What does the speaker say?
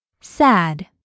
Sad